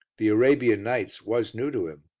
the arabian nights was new to him,